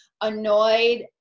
annoyed